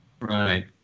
Right